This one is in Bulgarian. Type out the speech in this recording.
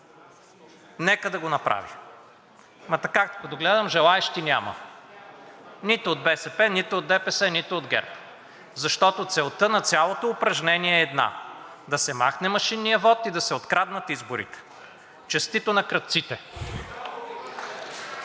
нека да го направи. Ама, така, като гледам, желаещи няма. Нито от БСП, нито от ДПС, нито от ГЕРБ, защото целта на цялото упражнение е една – да се махне машинният вот и да се откраднат изборите. Честито на крадците!